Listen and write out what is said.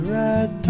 red